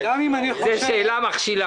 זה שאלה מכשילה.